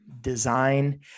design